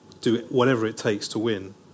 do-whatever-it-takes-to-win